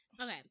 Okay